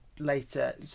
later